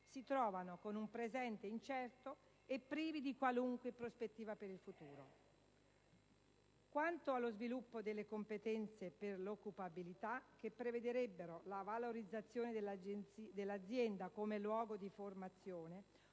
si trovano con un presente incerto e privi di qualunque prospettiva per il futuro. Quanto allo sviluppo delle competenze per l'occupabilità, che prevedrebbero la valorizzazione dell'azienda come luogo di formazione,